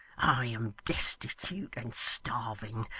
i am destitute and starving,